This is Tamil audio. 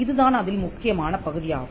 இதுதான் அதில் முக்கியமான பகுதியாகும்